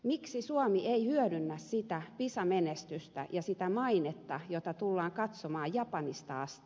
miksi suomi ei hyödynnä sitä pisa menestystä ja sitä mainetta jota tullaan katsomaan japanista asti